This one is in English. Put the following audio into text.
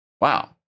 wow